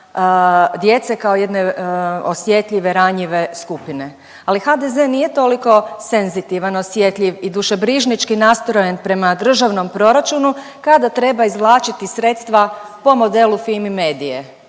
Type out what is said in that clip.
djece kao jedne osjetljive, ranjive skupine. Ali HDZ nije toliko senzitivan, osjetljiv i dušebrižnički nastrojen prema državnom proračunu kada treba izvlačiti sredstva po modelu Fimi medije,